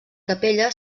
capella